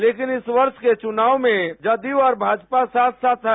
लेकिन इस वर्ष के चुनाव में जदयू और भाजपा साथ साथ है